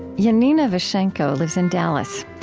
yanina vaschenko lives in dallas.